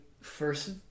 first